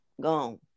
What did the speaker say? Gone